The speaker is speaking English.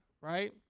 right